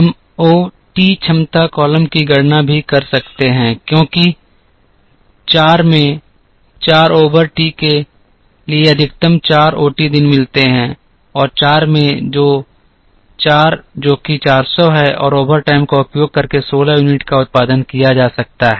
हम o t क्षमता column की गणना भी कर सकते हैं क्योंकि 4 में 4 ओवर टी के लिए अधिकतम 4 o t दिन मिलते हैं और 4 में 4 जो कि 400 है और ओवरटाइम का उपयोग करके 16 यूनिट का उत्पादन किया जा सकता है